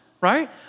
right